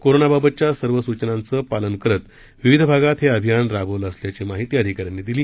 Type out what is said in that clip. corona बाबतच्या सर्व सुचनांचं पालन करत विविध भागात हे अभियान राबवण्यात आल्याची माहिती अधिकाऱ्यांनी दिली